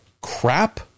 crap